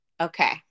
Okay